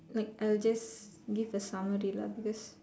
like I'll just give a summary lah because